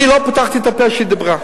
אני לא פתחתי את הפה כשהיא דיברה.